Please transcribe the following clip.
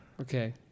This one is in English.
Okay